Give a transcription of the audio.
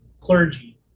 clergy